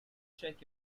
check